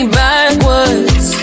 backwards